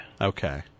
Okay